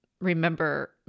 remember